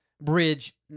bridge